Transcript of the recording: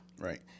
Right